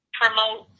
promote